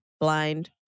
blind